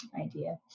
idea